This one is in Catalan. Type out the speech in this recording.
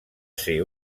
ser